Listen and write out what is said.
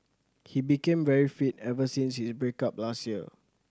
he became very fit ever since his break up last year